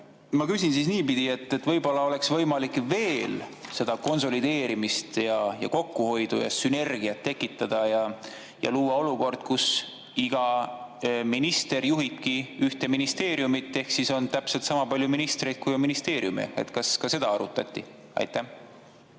Ma küsin siis niipidi: võib-olla oleks võimalik veel seda konsolideerimist ja kokkuhoidu ja sünergiat tekitada ning luua olukord, kus iga minister juhibki ühte ministeeriumi ehk on täpselt sama palju ministreid, kui on ministeeriume? Kas ka seda arutati? Hea